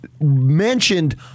mentioned